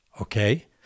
Okay